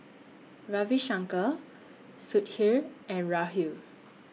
Ravi Shankar Sudhir and Rahul